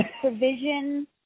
provision